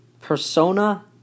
Persona